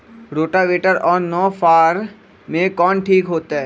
Rotavator और नौ फ़ार में कौन ठीक होतै?